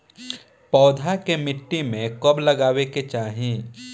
पौधा के मिट्टी में कब लगावे के चाहि?